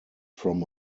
from